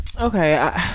Okay